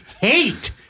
hate